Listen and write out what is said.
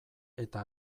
eta